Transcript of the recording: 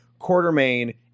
Quartermain